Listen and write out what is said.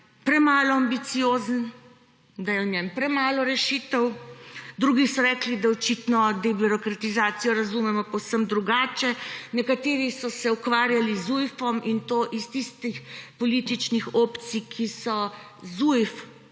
premalo ambiciozen, da je v njem premalo rešitev. Drugi so rekli, da očitno debirokratizacijo razumemo povsem drugače. Nekateri so se ukvarjali z Zujfom in to iz tistih političnih opcij, ki so v